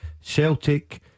Celtic